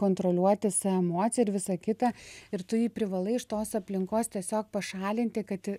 kontroliuoti savo emociją ir visa kita ir tu jį privalai iš tos aplinkos tiesiog pašalinti kad